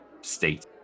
state